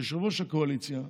היא שיושב-ראש הקואליציה,